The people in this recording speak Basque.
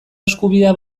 eskubidea